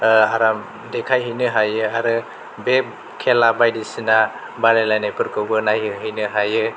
आराम देखायहैनो हायो आरो बे खेला बायदसिना बादायलायनायफोरखौबो नायहो हैनो हायो आरो